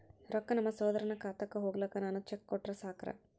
ರೊಕ್ಕ ನಮ್ಮಸಹೋದರನ ಖಾತಕ್ಕ ಹೋಗ್ಲಾಕ್ಕ ನಾನು ಚೆಕ್ ಕೊಟ್ರ ಸಾಕ್ರ?